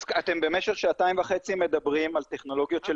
אתם במשך שעתיים וחצי מדברים על טכנולוגיות של Bluetooth